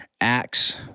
Acts